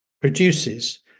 produces